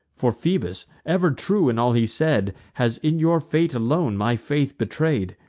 for phoebus, ever true in all he said, has in your fate alone my faith betray'd.